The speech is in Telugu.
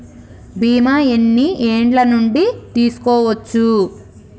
బీమా ఎన్ని ఏండ్ల నుండి తీసుకోవచ్చు?